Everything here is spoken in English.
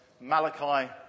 Malachi